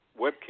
Webcam